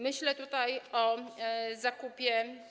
Myślę tutaj o zakupie.